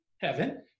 heaven